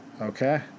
Okay